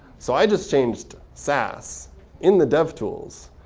so i just changed sass in the devtools.